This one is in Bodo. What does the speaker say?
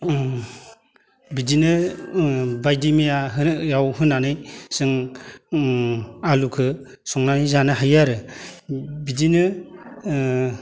बिदिनो बायदिमैयाव होनानै जों आलुखौ संनानै जानो हायो आरो बिदिनो